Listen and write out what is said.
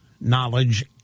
knowledge